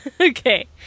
Okay